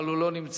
אבל הוא לא נמצא,